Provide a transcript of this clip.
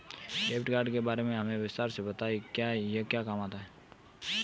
Debit card के बारे में हमें विस्तार से बताएं यह क्या काम आता है?